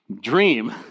dream